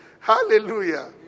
Hallelujah